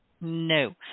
No